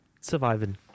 surviving